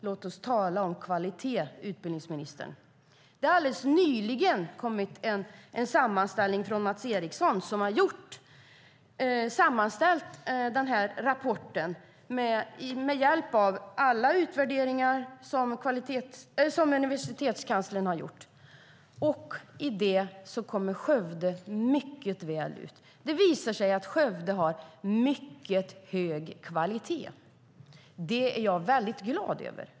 Låt oss tala om kvalitet, utbildningsministern. Det har alldeles nyligen kommit en rapport som sammanställts av Mats Ericson utifrån de utvärderingar som Universitetskanslern gjort. I den sammanställningen kommer Skövde mycket väl ut. Det visar sig att Skövde har mycket hög kvalitet. Det är jag väldigt glad över.